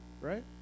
right